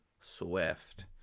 swift